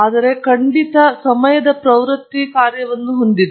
ಆದರೆ ಖಂಡಿತ ಸಮಯದ ಪ್ರವೃತ್ತಿ ಕಾರ್ಯವನ್ನು ಹೊಂದಿದೆ